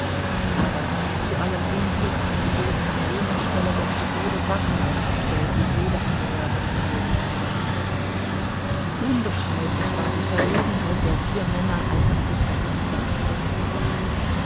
aber zu allem unglück wurden an jener stelle der pagode wachen aufgestellt die jede annäherung unmöglich machten unbeschreiblich war die verlegenheit der vier männer als sie sich bei ihrem werk gehemmt sahen